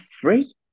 free